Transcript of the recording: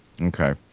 Okay